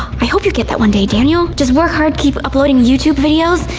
i hope you get that one day daniel, just work hard, keep uploading youtube videos,